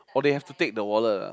oh they have to take the wallet ah